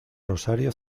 rosario